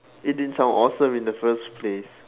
it didn't sound awesome in the first place